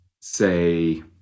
say